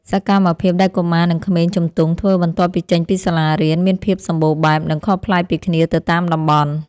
សកម្មភាពដែលកុមារនិងក្មេងជំទង់ធ្វើបន្ទាប់ពីចេញពីសាលារៀនមានភាពសម្បូរបែបនិងខុសប្លែកពីគ្នាទៅតាមតំបន់។